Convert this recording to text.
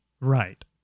Right